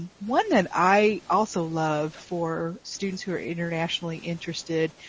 ah one that i also love for students who are internationally interested,